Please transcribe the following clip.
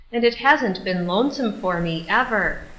and it hasn't been lonesome for me, ever.